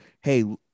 hey